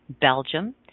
Belgium